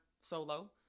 solo